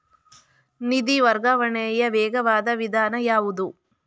ನಿಧಿ ವರ್ಗಾವಣೆಯ ವೇಗವಾದ ವಿಧಾನ ಯಾವುದು?